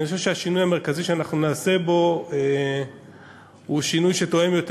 אני חושב שהשינוי המרכזי שאנחנו נעשה בו הוא שינוי שתואם יותר